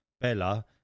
bella